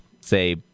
say